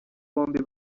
bombi